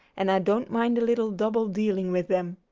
and i don't mind a little double-dealing with them.